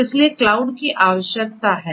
इसलिए क्लाउड की आवश्यकता है